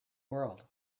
world